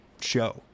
show